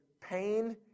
pain